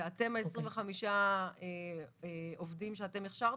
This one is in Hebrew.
ואתם ה-25 עובדים שאתם הכשרתם?